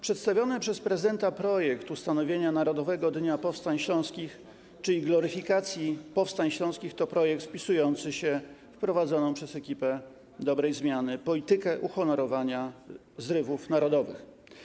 Przedstawiony przez prezydenta projekt ustawy o ustanowieniu Narodowego Dnia Powstań Śląskich, czyli gloryfikacji powstań śląskich, to projekt wpisujący się w prowadzoną przez ekipę dobrej zmiany politykę uhonorowywania zrywów narodowych.